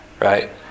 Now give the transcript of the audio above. Right